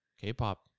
K-pop